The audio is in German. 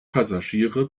passagiere